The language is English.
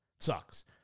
Sucks